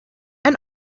and